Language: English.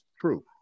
true